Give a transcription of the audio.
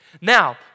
Now